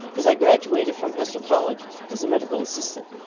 because i graduated from hester college as a medical assistant,